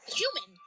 human